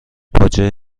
باجه